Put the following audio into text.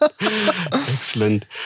Excellent